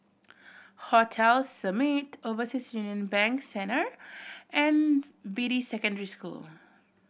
Hotel Summit Overseas Union Bank Centre and Beatty Secondary School